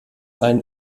ein